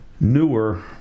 newer